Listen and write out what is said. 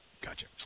Gotcha